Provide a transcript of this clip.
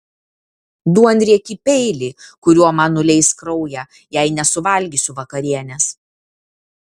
duonriekį peilį kuriuo man nuleis kraują jei nesuvalgysiu vakarienės